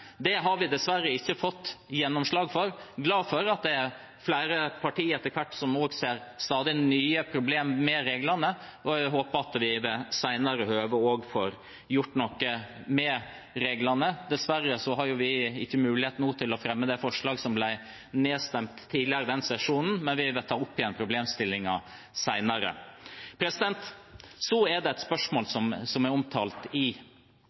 Det har vi dessverre ikke fått gjennomslag for, men jeg er glad for at det er flere partier som etter hvert ser stadig nye problemer med reglene, og jeg håper at vi ved senere høve også får gjort noe med reglene. Dessverre har vi ikke mulighet nå til å fremme det forslaget som ble nedstemt tidligere i denne sesjonen, men vi vil ta opp igjen problemstillingen senere. Så er det et spørsmål som er omtalt i